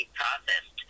processed